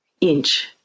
inch